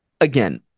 again